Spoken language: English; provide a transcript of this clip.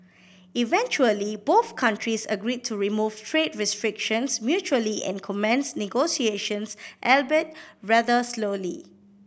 eventually both countries agreed to remove trade restrictions mutually and commence negotiations albeit rather slowly